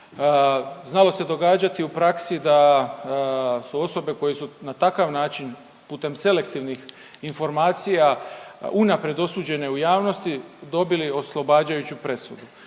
Znalo se događati u praksi da su osobe koje su na takav način putem selektivnih informacija unaprijed osuđene u javnosti dobili oslobađajuću presudu